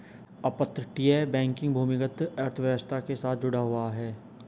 अपतटीय बैंकिंग भूमिगत अर्थव्यवस्था के साथ जुड़ा हुआ है